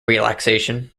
relaxation